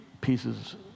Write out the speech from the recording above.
pieces